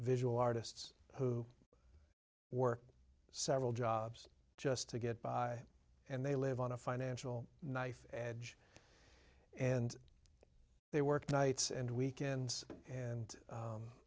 visual artists who work several jobs just to get by and they live on a financial knife edge and they work nights and weekends and